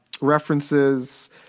references